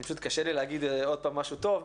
פשוט קשה לי להגיד עוד פעם משהו טוב,